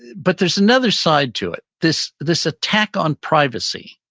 but there's another side to it. this this attack on privacy,